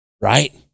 right